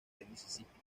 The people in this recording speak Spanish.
mississippi